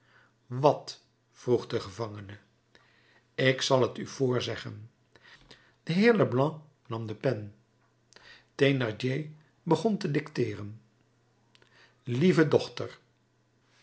wat vroeg de gevangene ik zal t u voorzeggen de heer leblanc nam de pen thénardier begon te dicteeren lieve dochter